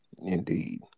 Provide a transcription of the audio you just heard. Indeed